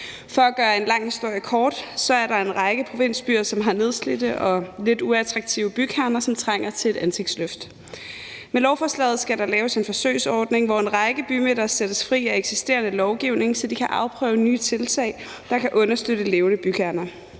For at gøre en lang historie kort er der en række provinsbyer, som har nedslidte og lidt uattraktive bykerner, som trænger til et ansigtsløft. Med lovforslaget skal der laves en forsøgsordning, hvor en række bymidter sættes fri af eksisterende lovgivning, så de kan afprøve nye tiltag, der kan understøtte levende bykerner.